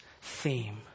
theme